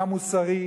מה מוסרי,